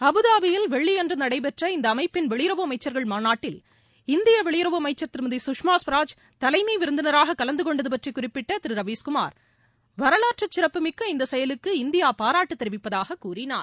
அபுதாபியில் வெள்ளியன்று நடைபெற்ற இந்த அமைப்பின் வெளியுறவு அமைச்சர்கள் மாநாட்டில் இந்திய வெளியுறவு அமைச்சர் திருமதி குஷ்மா குவராஜ் தலைமை விருந்தினராக கலந்து கொண்டது பற்றி குறிப்பிட்ட திரு ரவீஷ் குமார் வரவாற்று சிறப்புமிக்க இந்த செயலுக்கு இந்தியா பாராட்டு தெரிவித்திருப்பதாக கூறினார்